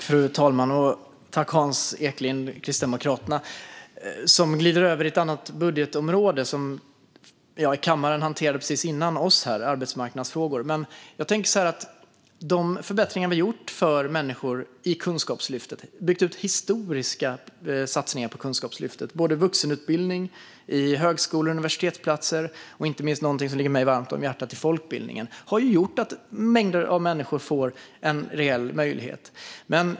Fru talman! Hans Eklind från Kristdemokraterna glider över i ett annat budgetområde som kammaren hanterade precis innan, nämligen arbetsmarknadsfrågor. Jag tänker så här: De förbättringar vi har gjort för människor genom historiska satsningar på Kunskapslyftet i form av vuxenutbildning, högskole och universitetsplatser och inte minst folkbildningen, som ligger mig varmt om hjärtat, har gjort att mängder av människor får en reell möjlighet.